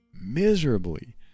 miserably